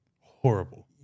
horrible